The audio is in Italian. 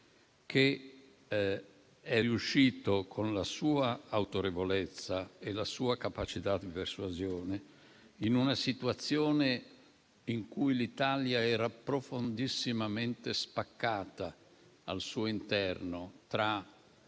e che, con la sua autorevolezza e la sua capacità di persuasione, in una situazione in cui l'Italia era profondissimamente spaccata - non contano ora